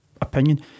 opinion